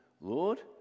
Lord